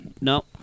no